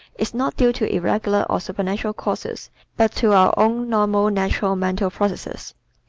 is not due to irregular or supernatural causes but to our own normal natural mental processes.